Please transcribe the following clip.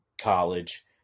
college